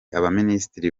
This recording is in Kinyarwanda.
abaminisitiri